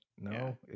No